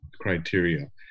criteria